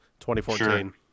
2014